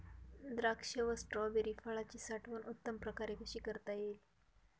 द्राक्ष व स्ट्रॉबेरी फळाची साठवण उत्तम प्रकारे कशी करता येईल?